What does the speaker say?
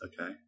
Okay